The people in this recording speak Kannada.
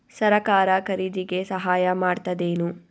ಸರಕಾರ ಖರೀದಿಗೆ ಸಹಾಯ ಮಾಡ್ತದೇನು?